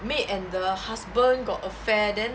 maid and the husband got affair then